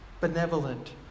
benevolent